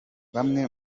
bamwe